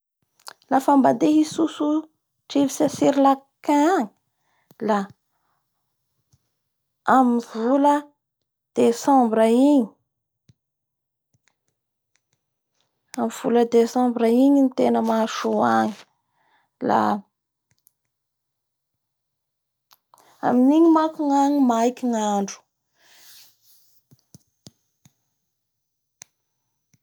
Lafa mba te hitsotso ndrivotsy a Sir lankain agny e la amin'ny vola desambra igny -amin'ny vola desambra igny r tena mahasoa agny la amin'nigny manko gnany maiky ny andro.